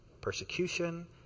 persecution